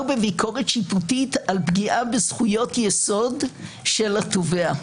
בביקורת שיפוטית על פגיעה בזכויות יסוד של התובע.